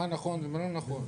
מה נכון ומה לא נכון,